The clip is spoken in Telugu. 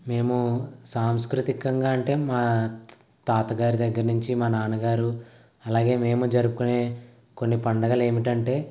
మేము సాంస్కృతికంగా అంటే మా తాతగారి దగ్గర నుంచి మా నాన్నగారు అలాగే మేము జరుపుకునే కొన్ని పండుగలు ఏమిటంటే